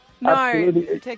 No